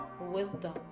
wisdom